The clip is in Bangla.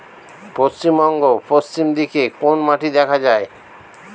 পশ্চিমবঙ্গ পশ্চিম দিকে কোন মাটি দেখা যায়?